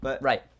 right